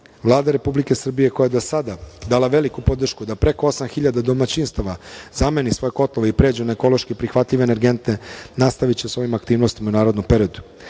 Republike Srbije, koja je do sada dala veliku podršku da preko osam hiljada domaćinstava zameni svoje kotlove i pređe na ekološki prihvatljive energente, nastaviće sa ovim aktivnostima u narednom periodu.U